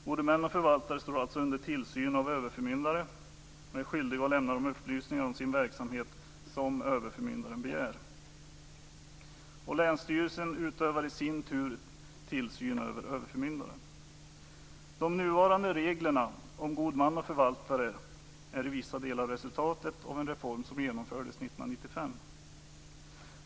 Gode män och förvaltare står alltså under tillsyn av överförmyndare och är skyldiga att lämna de upplysningar om sin verksamhet som överförmyndaren begär. Länsstyrelsen utövar i sin tur tillsyn över överförmyndaren. De nuvarande reglerna om god man och förvaltare är i vissa delar resultatet av en reform som genomfördes år 1995.